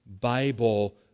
Bible